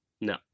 No